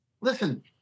listen